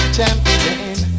Champion